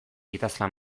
idazlan